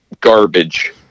garbage